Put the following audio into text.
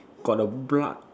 got the blood